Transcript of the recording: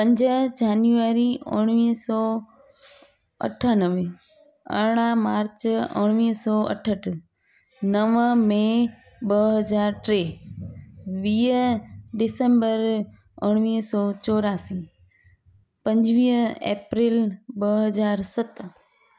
पंज जनवरी उणिवीह सौ अठानवे अरिड़ह मार्च उणिवीह सौ अठहठि नव मई ॿ हज़ार टे वीह दिसम्बर उणिवीह सौ चोरासी पंजवीह अप्रैल ॿ हज़ार सत